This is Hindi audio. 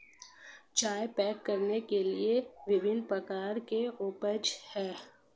चाय पैक करने के लिए विभिन्न प्रकार के पाउच हैं